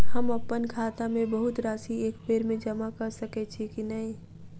हम अप्पन खाता मे बहुत राशि एकबेर मे जमा कऽ सकैत छी की नै?